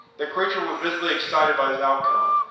the creature was visibly excited by this outcome.